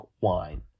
wine